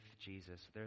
Jesus